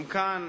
גם כאן,